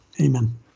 Amen